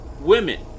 women